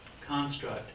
construct